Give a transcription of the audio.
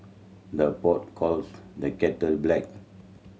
the pot calls the kettle black